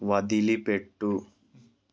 వదిలిపెట్టు